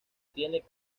tienen